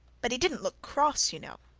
but he didn't look cross, you know.